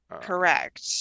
Correct